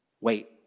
Wait